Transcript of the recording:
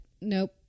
nope